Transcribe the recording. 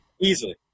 Easily